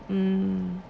mm